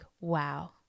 wow